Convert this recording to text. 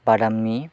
बादामि